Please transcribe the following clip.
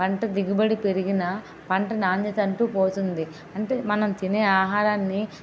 పంట దిగుబడి పెరిగిన పంట నాణ్యతంటూ పోతుంది అంటే మనం తినే ఆహారాన్ని